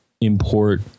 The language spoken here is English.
import